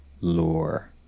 lore